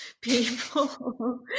people